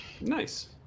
nice